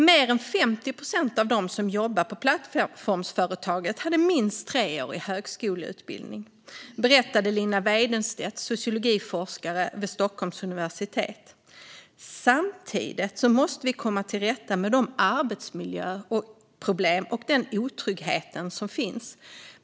Mer än 50 procent av de som jobbar på plattformsföretaget har minst treårig högskoleutbildning, berättade Linda Weidenstedt, som är sociologiforskare vid Stockholms universitet. Samtidigt måste vi komma till rätta med de arbetsmiljöproblem och den otrygghet som finns.